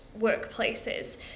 workplaces